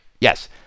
Yes